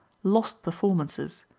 lost performances,